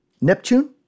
Neptune